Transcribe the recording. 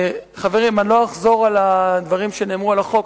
חברים, אני לא אחזור על הדברים שנאמרו על החוק.